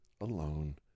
alone